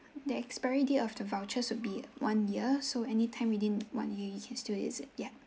the expiry date of the vouchers would be one year so any time within one year you can still use it yeah